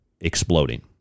exploding